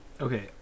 Okay